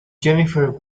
jennifer